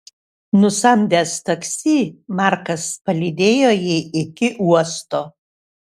nusamdęs taksi markas palydėjo jį iki uosto